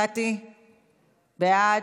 קטי, בעד,